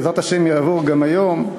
ובעזרת השם יעבור גם היום.